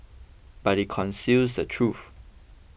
but it conceals the truth